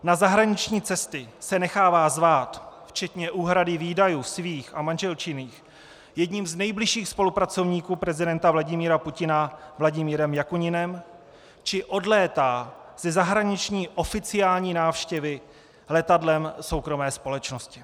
Na zahraniční cesty se nechává zvát, včetně úhrady výdajů svých a manželčiných, jedním z nejbližších spolupracovníků prezidenta Vladimíra Putina Vladimírem Jakuninem či odlétá ze zahraniční oficiální návštěvy letadlem soukromé společnosti.